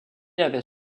avait